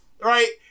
right